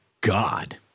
God